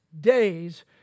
days